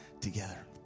together